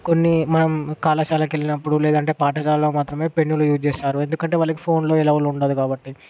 కొన్ని మనం కళాశాలకు వెళ్ళినప్పుడు లేదంటే పాఠశాలలో మాత్రమే పెన్నులు యూజ్ చేస్తారు ఎందుకంటే వాళ్లకి ఫోన్లు ఎలవ్ ఉండవు కాబట్టి